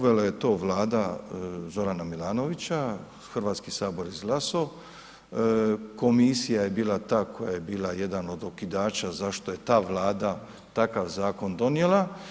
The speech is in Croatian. Uvela je to vlada Zorana Milanovića, Hrvatski sabor izglasao, komisija je bila ta koja je bila jedan od okidača zašto je ta vlada takav zakon donijela.